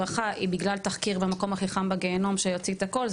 הוא בגלל תחקיר ב"המקום הכי חם בגיהינום" שהוציא את הכול,